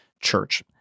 church